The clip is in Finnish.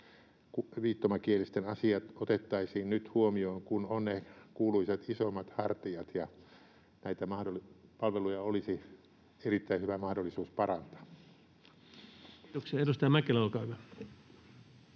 viittomakielisten asiat otettaisiin nyt huomioon, kun on ne kuuluisat isommat hartiat ja näitä palveluja olisi erittäin hyvä mahdollisuus parantaa. Kiitoksia. — Edustaja Mäkelä, olkaa hyvä.